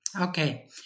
Okay